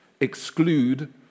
exclude